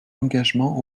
engagements